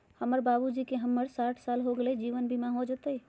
हमर बाबूजी के उमर साठ साल हो गैलई ह, जीवन बीमा हो जैतई?